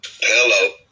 hello